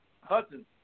Hudson